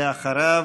ואחריו,